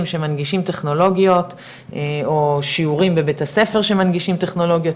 שמנגישים טכנולוגיות או שיעורים בבית הספר שמנגישים טכנולוגיות,